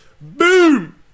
Boom